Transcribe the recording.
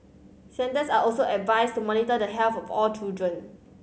centres are also advised to monitor the health of all children